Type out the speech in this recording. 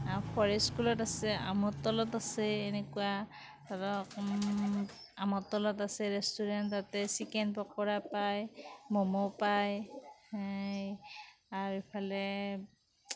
forest স্কুলত আছে আমৰ তলত আছে এনেকুৱা আমৰ তলত আছে ৰেষ্টুৰেন্ট তাতে চিকেন পকোৰা পায় ম'ম' পায় আৰু এইফালে